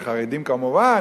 וחרדים כמובן,